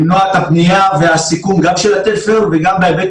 למנוע את הבנייה ואת הסיכון גם של התפר וגם בהיבט